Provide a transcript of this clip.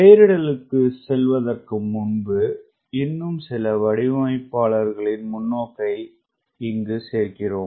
பெயரிடலுக்குச் செல்வதற்கு முன்பு இன்னும் சில வடிவமைப்பாளரின் முன்னோக்குகளைச் சேர்க்கிறோம்